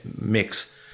mix